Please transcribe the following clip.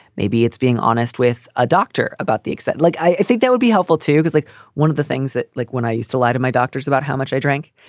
maybe it's being honest with a doctor about the extent like i think that would be helpful to you because like one of the things that like when i used to lie to my doctors about how much i drank,